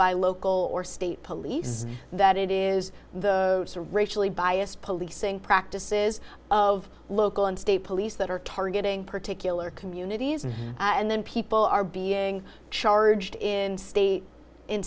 by local or state police that it is racially biased policing practices of local and state police that are targeting particular communities and then people are being charged in state in